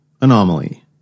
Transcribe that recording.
Anomaly